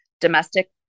domestic